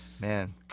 man